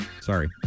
Sorry